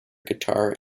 guitar